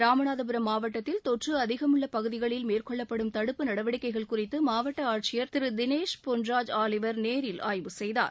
ராமநாதபுரம் மாவட்டத்தில் தொற்று அதிகமுள்ள பகுதிகளில் மேற்கொள்ளப்படும் தடுப்பு நடவடிக்கைகள் குறித்து மாவட்ட ஆட்சியர் திரு தினேஷ் பொன்ராஜ் ஆலிவர் நேரில் ஆய்வு செய்தார்